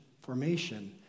formation